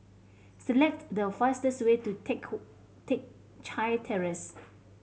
select the fastest way to Teck Teck Chye Terrace